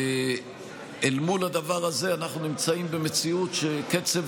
אל מול הדבר הזה אנחנו נמצאים במציאות שקצב